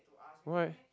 why